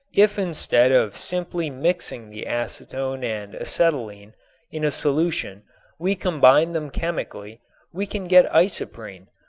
if instead of simply mixing the acetone and acetylene in a solution we combine them chemically we can get isoprene,